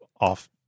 off